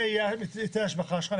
זה יהיה היטל ההשבחה שלך.